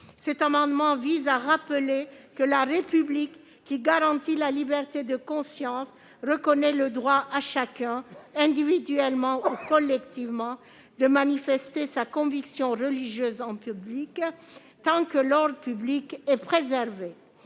Cet amendement vise à rappeler que la République, qui garantit la liberté de conscience, reconnaît le droit à chacun, individuellement ou collectivement, de manifester sa conviction religieuse en public, tant que l'ordre public est préservé.